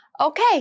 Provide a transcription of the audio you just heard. Okay